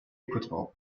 equator